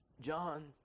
John